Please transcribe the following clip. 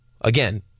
again